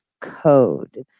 Code